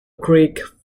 creek